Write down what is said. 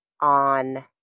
on